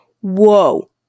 Whoa